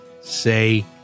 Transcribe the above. say